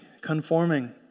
conforming